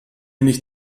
nicht